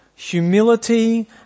Humility